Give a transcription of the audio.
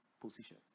position